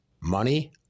money